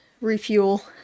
Refuel